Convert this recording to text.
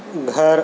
گھر